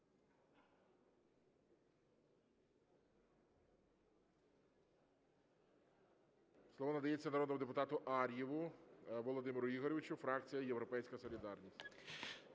Слово надається народному депутату Ар'єву Володимиру Ігоровичу, фракція "Європейська солідарність".